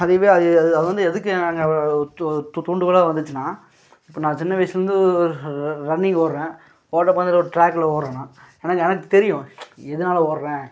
அதுவே அது அது வந்து எதுக்கு இணங்க து து தூண்டுகோலாக வந்துச்சுன்னா இப்போ நான் சின்ன வயசுலேருந்து ர ரன்னிங் ஓடுகிறேன் ஓட்ட பந்தயத்தில் ஒரு ட்ராக்கில் ஓடுகிறேன் ஏன்னால் எனக்கு தெரியும் எதனால ஓடுகிறேன்